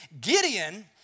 Gideon